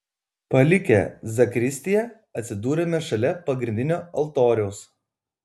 palikę zakristiją atsidūrėme šalia pagrindinio altoriaus